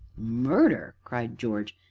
murder? cried george,